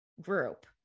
group